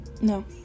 No